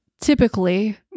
typically